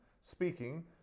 speaking